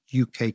UK